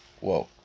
Whoa